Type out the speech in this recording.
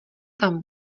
tam